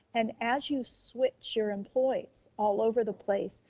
and as you switch your employees all over the place,